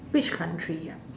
which country ah